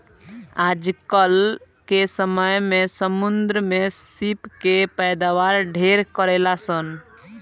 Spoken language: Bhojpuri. आजकल के समय में समुंद्र में सीप के पैदावार ढेरे करेलसन